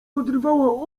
odrywała